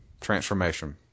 Transformation